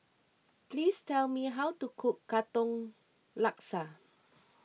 please tell me how to cook Katong Laksa